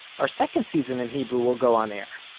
our second season in hebrew will go on air.